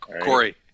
Corey